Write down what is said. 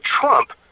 Trump